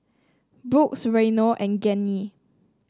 Brooks Reino and Gianni